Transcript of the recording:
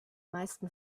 meisten